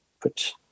put